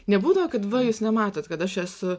nebūdavo kad va jūs nematot kad aš esu